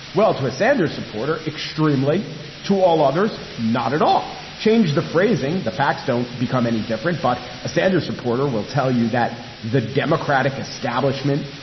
well, to a sanders supporter, extremely to all others, not at all changed the phrasing the facts don't become any different. but a sanders supporter will tell you that the democratic establishment,